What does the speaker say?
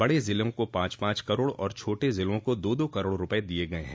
बड़े जिलों को पांच पांच करोड़ और छोटे जिलों को दो दो करोड़ रूपये दिये गये हैं